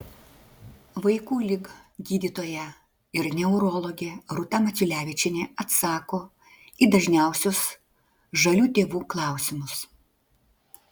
vaikų lig gydytoja ir neurologė rūta maciulevičienė atsako į dažniausius žalių tėvų klausimus